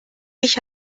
ich